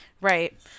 right